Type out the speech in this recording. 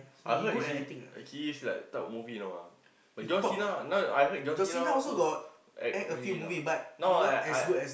I heard he he is like top movie now ah but John-Cena now I heard John-Cena also act already now now I I